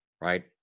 right